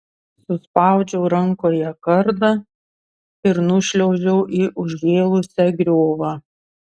suspaudžiau rankoje kardą ir nušliaužiau į užžėlusią griovą